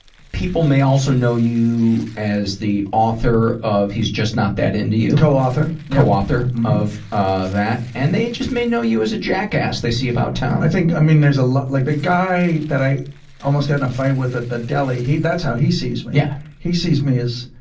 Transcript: people may also know you as the author of he's just not that into you. co-author. co-author of ah that. and they may just know you as a jackass they see about town. i think i mean there's a lot like the guy that i almost got in a fight with at the deli, he that's how he sees me. yeah. he sees me as,